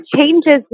changes